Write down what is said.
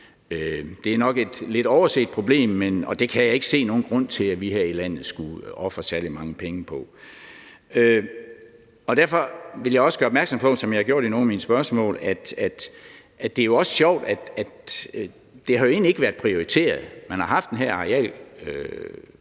Det er nok et lidt overset problem, og det kan jeg ikke se nogen grund til at vi her i landet skulle ofre særlig mange penge på. Derfor vil jeg også gøre opmærksom på, som jeg har gjort i nogle af mine spørgsmål, at det jo også er sjovt, at det egentlig ikke har været prioriteret. Man har haft den her